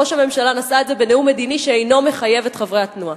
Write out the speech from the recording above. ראש הממשלה נשא את זה בנאום מדיני שאינו מחייב את חברי התנועה.